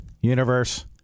Universe